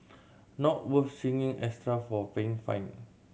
not worth signing extra for paying fine